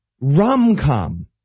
rom-com